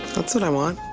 that's what i want,